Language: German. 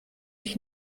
ich